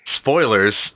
Spoilers